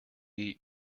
eat